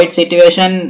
situation